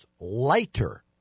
lighter